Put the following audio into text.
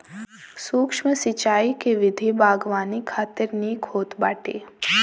सूक्ष्म सिंचाई के विधि बागवानी खातिर निक होत बाटे